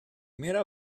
primera